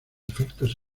efectos